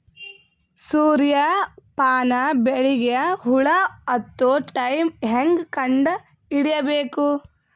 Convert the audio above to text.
ಸೂರ್ಯ ಪಾನ ಬೆಳಿಗ ಹುಳ ಹತ್ತೊ ಟೈಮ ಹೇಂಗ ಕಂಡ ಹಿಡಿಯಬೇಕು?